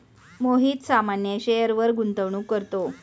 मोहित सामान्य शेअरवर गुंतवणूक करतो